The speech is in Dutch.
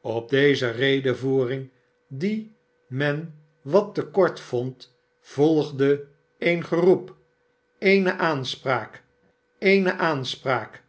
op deze redevoering die men wat te kort vond volgde een geroep seene aanspraak eene aanspraak t